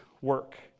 work